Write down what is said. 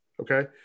Okay